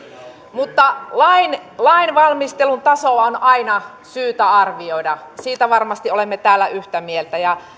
mutta lainvalmistelun taso on aina syytä arvioida siitä varmasti olemme täällä yhtä mieltä ja